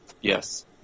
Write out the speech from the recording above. yes